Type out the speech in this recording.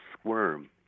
squirm